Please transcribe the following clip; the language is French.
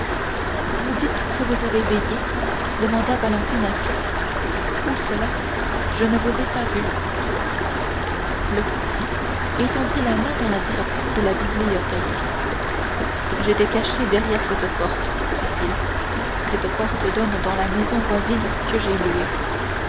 vous dites que vous avez veillé demanda valentine inquiète où cela je ne vous ai pas vu le comte étendit la main dans la direction de la bibliothèque j'étais caché derrière cette porte dit-il cette porte donne dans la maison voisine que j'ai louée